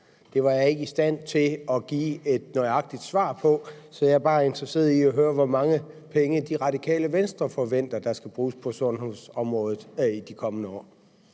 Det var jeg ikke i stand til at give et nøjagtigt svar på, så jeg er interesseret i at høre, hvor mange penge Det Radikale Venstre forventer, der skal bruges på sundhedsområdet i de kommende år.